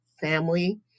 family